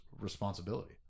responsibility